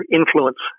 influence